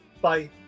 Bye